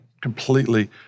completely